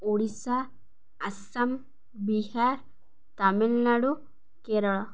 Odisha Assam Bihar Tamil Nadu Kerala